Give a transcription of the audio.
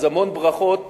אז המון ברכות